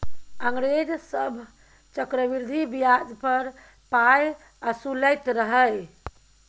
अंग्रेज सभ चक्रवृद्धि ब्याज पर पाय असुलैत रहय